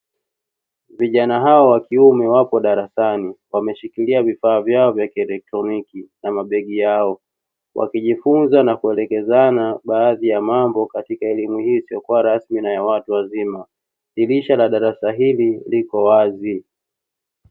Vijana hawa wa kiume wapo darasani wameshikilia vifaa vyao vya kielektroniki na mabegi yao, wakijifunza na kuelekezana baadhi ya mambo katika elimu hii isiyokuwa rasmi na ya watu wazima, dirisha la darasa hili liko wazi.